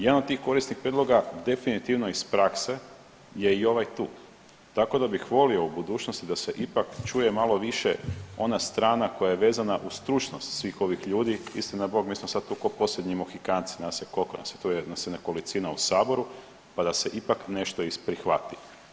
Jedan od tih korisnih prijedloga definitivno iz prakse je i ovaj tu, tako da bih volio u budućnosti da se ipak čuje malo više ona strana koja je vezana uz stručnost svih ovih ljudi, istina Bog mi smo sad tu ko posljednji Mohikanci, nas je, kolko nas je, tu nas je nekolicina u saboru, pa da se ipak nešto isprihvati.